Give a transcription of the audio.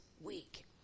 week